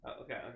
Okay